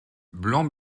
blanc